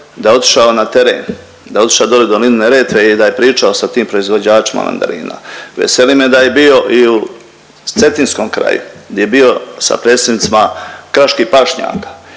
da je otišao na teren, da je otišao dolje u dolinu Neretve i da je pričao sa tim proizvođačima mandarina. Veseli me da je bio i u cetinskom kraju gdje je bio sa predsjednicima kraških pašnjaka